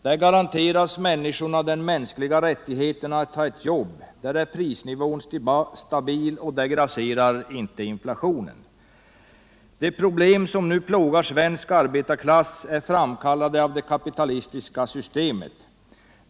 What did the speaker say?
Där garanteras människorna den mänskliga rättigheten att ha ett arbete, där är prisnivån stabil, där grasserar inte inflationen. De problem som nu plågar svensk arbetarklass är framkallade av det kapitalistiska systemet.